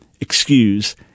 excuse